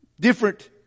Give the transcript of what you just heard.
different